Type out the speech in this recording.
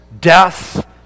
death